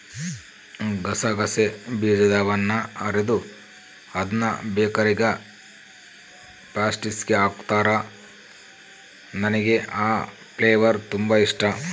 ಗಸಗಸೆ ಬೀಜದವನ್ನ ಅರೆದು ಅದ್ನ ಬೇಕರಿಗ ಪ್ಯಾಸ್ಟ್ರಿಸ್ಗೆ ಹಾಕುತ್ತಾರ, ನನಗೆ ಆ ಫ್ಲೇವರ್ ತುಂಬಾ ಇಷ್ಟಾ